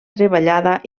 treballada